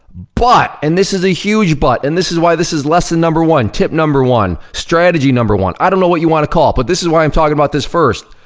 but, and this is a huge but, and this is why this is lesson number one, tip number one, strategy number one, i don't know what you wanna call it, but this is why i'm talkin' about this first.